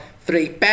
three